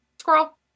Squirrel